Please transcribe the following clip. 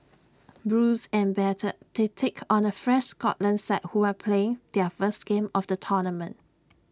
bruised and battered they take on A fresh Scotland side who are playing their first game of the tournament